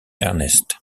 ernest